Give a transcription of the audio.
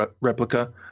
replica